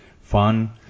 fun